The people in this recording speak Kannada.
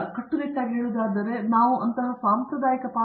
ಆದ್ದರಿಂದ ಕಟ್ಟುನಿಟ್ಟಾಗಿ ಹೇಳುವುದಾದರೆ ನಾವು ಅಂತಹ ಸಾಂಪ್ರದಾಯಿಕ ಪಾತ್ರವನ್ನು ಹೊಂದಿಲ್ಲ